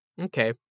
okay